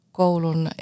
koulun